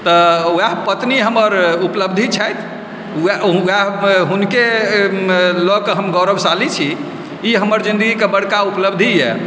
तऽओएह पत्नी हमर उपलब्धि छथि ओएह हुनके लऽ कऽ हम गौरवशाली छी ई हमर जिन्दगीके बड़का उपलब्धि यऽ